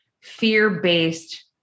fear-based